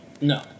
No